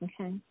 Okay